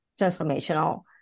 transformational